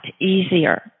easier